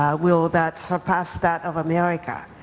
um will that surpass that of america?